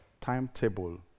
timetable